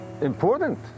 important